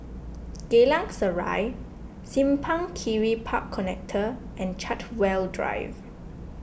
Geylang Serai Simpang Kiri Park Connector and Chartwell Drive